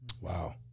Wow